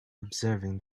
observing